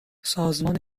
سازمان